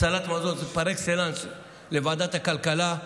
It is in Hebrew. הצלת מזון זה פר אקסלנס לוועדת הכלכלה.